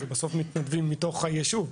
בסוף אלה מתנדבים מתוך היישוב.